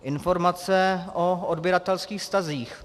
Informace o odběratelských vztazích.